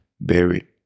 buried